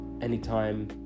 anytime